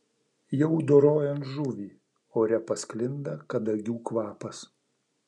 jau dorojant žuvį ore pasklinda kadagių kvapas